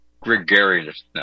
gregariousness